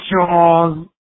Charles